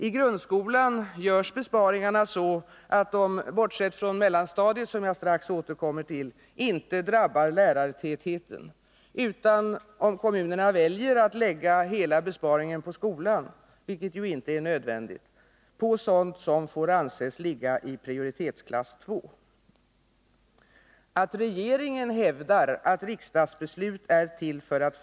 I grundskolan görs besparing 11 december 1980 arna så att de, bortsett från mellanstadiet som jag strax återkommer till, inte drabbar lärartätheten utan — om kommunerna väljer att lägga hela Besparingar i besparingen på skolan, vilket ju inte är nödvändigt — sådant som får anses statsverksamheten, ligga i prioritetsklass 2. Att regeringen hävdar att riksdagsbeslut är till för att» m.